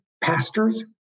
pastors